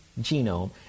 genome